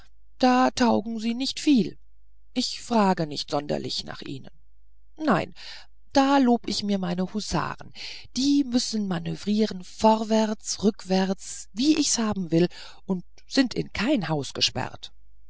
da taugen sie nicht viel und ich frage nicht sonderlich nach ihnen nein da lob ich mir meine husaren die müssen manövrieren vorwärts rückwärts wie ich's haben will und sind in kein haus gesperrt